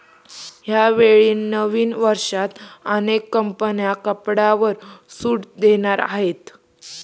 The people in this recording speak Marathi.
यावेळी नवीन वर्षात अनेक कंपन्या कपड्यांवर सूट देणार आहेत